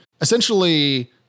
essentially